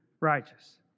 righteous